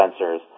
sensors